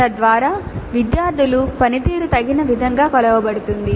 తద్వారా విద్యార్థుల పనితీరు తగిన విధంగా కొలవబడుతుంది